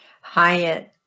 Hyatt